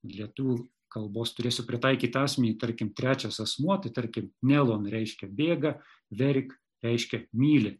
lietuvių kalbos turėsiu pritaikytą asmenį tarkim trečias asmuo tarkim nelon reiškia bėga verik reiškia myli